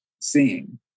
seeing